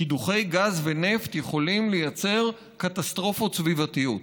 קידוחי גז ונפט יכולים לייצר קטסטרופות סביבתיות.